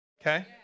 Okay